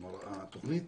כלומר, התוכנית